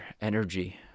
energy